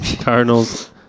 Cardinals